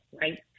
right